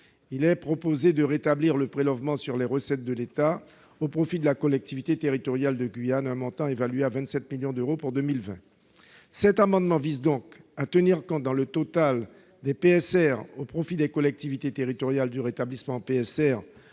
il est proposé de rétablir le prélèvement sur les recettes de l'État au profit de la collectivité territoriale de Guyane, à un montant évalué à 27 millions d'euros pour 2020. Cet amendement vise donc à tenir compte dans le total des prélèvements sur recettes (PSR) au profit des collectivités territoriales du rétablissement en PSR